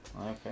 Okay